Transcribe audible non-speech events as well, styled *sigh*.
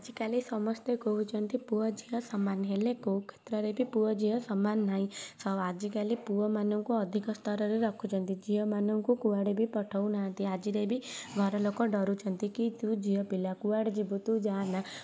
ଆଜିକାଲି ସମସ୍ତେ କହୁଛନ୍ତି ପୁଅ ଝିଅ ସମାନ ହେଲେ କେଉଁ କ୍ଷେତ୍ରରେ ବି ପୁଅ ଝିଅ ସମାନ ନାହିଁ *unintelligible* ଆଜିକାଲି ପୁଅମାନଙ୍କୁ ଅଧିକ ସ୍ତରରେ ରଖୁଛନ୍ତି ଝିଅମାନଙ୍କୁ କୁଆଡ଼େ ବି ପଠାଉନାହାନ୍ତି ଆଜିରେ ବି ଘର ଲୋକ ଡରୁଛନ୍ତି କି ତୁ ଝିଅ ପିଲା କୁଆଡ଼େ ଯିବୁ ତୁ ଯାଆନା